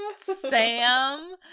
Sam